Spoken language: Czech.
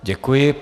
Děkuji.